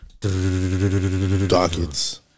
dockets